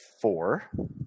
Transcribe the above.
four